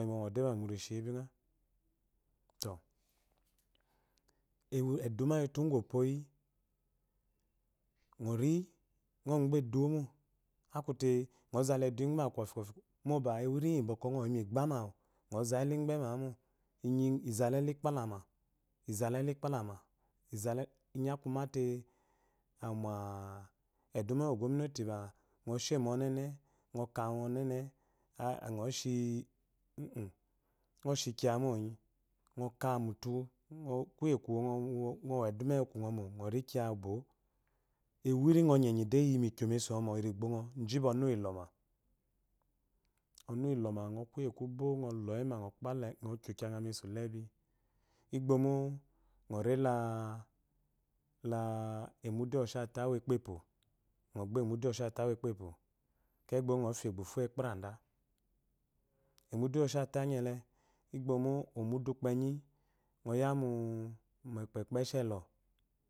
lɔyima de ba amu rishi bingha. eduma lyi utu lyi opu yi, ngɔ ri ngɔ gbe eduma mo, akute ngɔ zala eduwo igbema kɔfi kofi mo, ewiri lyi bwokwɔ ngɔyi igbama ngɔ zayi la yi iibema mo, lnyi ngɔ zayi la elu ikpəlama izala inyi aku mate mweduma lyi ogwamnati ba ngo shémo onye nye ngɔ kah onyenye ngɔ shi umh-umh mgɔ shi kiya mo inyi, ngɔ kah mutu ruye kuwo, ngɔ wo eduma ewu igwu kgɔmɔ ngɔ ri kiya uboo, ewiri ngɔ enyi ikyo mesau igbongo ji bo ɔnu lɔma. ɔnu wu uɔma kuye. kubo ngɔ lɔma yima ngɔ kpalayi elu kyangha mesu lébi. igbo mo ngɔ rela mudu lyi oshata ukpenpo, ngɔ gba emudu lyi oshata ukpenpo, ekeyi igbomo ngɔ fya agbufu ukperada. emudu lyi oshata nyele igbomo omudu ukpenyi ngɔ yamu.